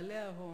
בעלי ההון,